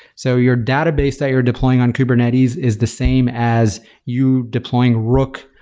so your database that you're deploying on kubernetes is the same as you deploying rook,